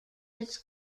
its